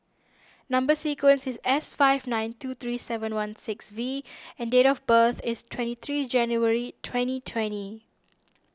Number Sequence is S five nine two three seven one six V and date of birth is twenty three January twenty twenty